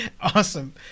Awesome